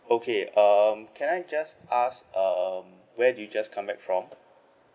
okay um can I just ask um where do you just come back from